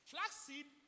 Flaxseed